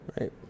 Right